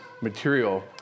material